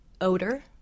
odor